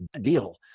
deal